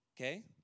okay